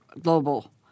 global